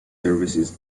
services